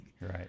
Right